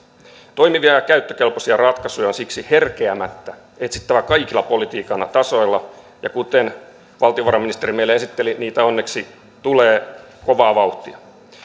toimivia ja käyttökelpoisia ratkaisuja on siksi herkeämättä etsittävä kaikilla politiikan tasoilla ja kuten valtiovarainministeri meille esitteli niitä onneksi tulee kovaa vauhtia